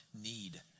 need